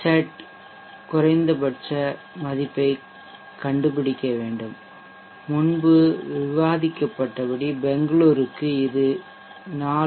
at குறைந்தபட்ச மதிப்பைக் கண்டுபிடிக்க வேண்டும் முன்பு விவாதிக்கப்பட்டபடி பெங்களூருக்கு இது 4